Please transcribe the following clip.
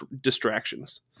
distractions